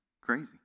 crazy